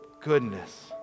goodness